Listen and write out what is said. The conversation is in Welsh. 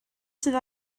sydd